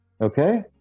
Okay